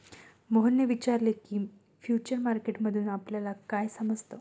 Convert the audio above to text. मोहनने विचारले की, फ्युचर मार्केट मधून आपल्याला काय समजतं?